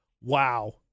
wow